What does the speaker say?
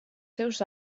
seus